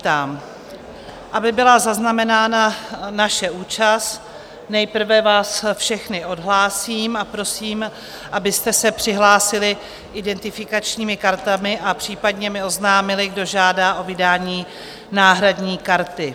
Aby byla zaznamenána naše účast, nejprve vás všechny odhlásím a prosím, abyste se přihlásili identifikačními kartami a případně mi oznámili, kdo žádá o vydání náhradní karty.